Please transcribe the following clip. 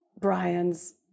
brian's